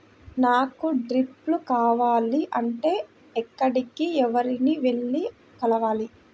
నాకు డ్రిప్లు కావాలి అంటే ఎక్కడికి, ఎవరిని వెళ్లి కలవాలి?